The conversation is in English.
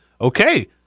Okay